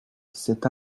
cet